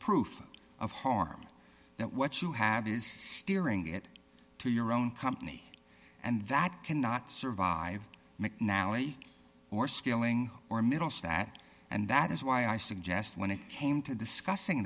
proof of harm that what you have is steering it to your own company and that cannot survive mcnally or skilling or middles that and that is why i suggest when it came to discussing